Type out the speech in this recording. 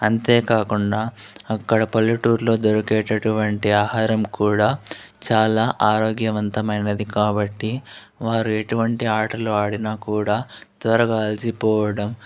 అంతేకాకుండా అక్కడ పల్లెటూర్లో దొరికేటటువంటి ఆహారం కూడా చాలా ఆరోగ్యవంతమైనది కాబట్టి వారు ఎటువంటి ఆటలు ఆడిన కూడా త్వరగా అలసిపోవడం